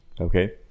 Okay